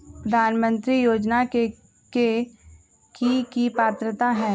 प्रधानमंत्री योजना के की की पात्रता है?